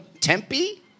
Tempe